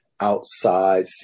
outside